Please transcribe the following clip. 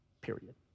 period